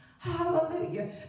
Hallelujah